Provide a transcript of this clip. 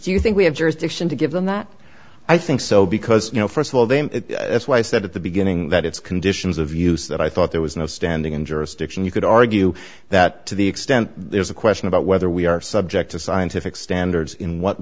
do you think we have jurisdiction to give them that i think so because you know st of all they may that's why i said at the beginning that it's conditions of use that i thought there was no standing in jurisdiction you could argue that to the extent there's a question about whether we are subject to scientific standards in what